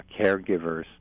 caregivers